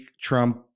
Trump